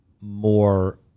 more